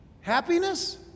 happiness